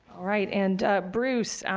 right, and bruce,